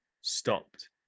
stopped